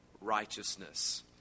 righteousness